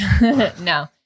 No